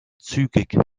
zügig